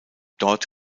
dort